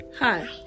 Hi